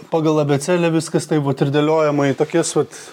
pagal abėcėlę viskas taip vat ir dėliojama į tokias vat